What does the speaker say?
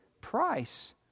price